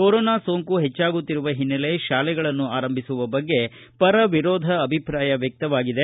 corona ಸೋಂಕು ಹೆಚ್ಚಾಗುತ್ತಿರುವ ಹಿನ್ನೆಲೆ ಶಾಲೆಗಳನ್ನು ಆರಂಭಿಸುವ ಬಗ್ಗೆ ಪರ ವಿರೋಧ ಅಭಿಪ್ರಾಯ ವ್ಯಕ್ತವಾಗಿದೆ